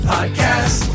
Podcast